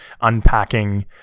unpacking